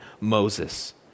Moses